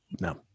No